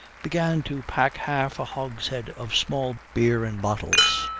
began to pack half a hogshead of small beer in bottles,